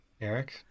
Eric